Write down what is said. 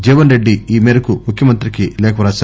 జీవన్రెడ్డి ఈ మేరకు ముఖ్యమంత్రికి లేఖ రాశారు